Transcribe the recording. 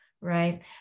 right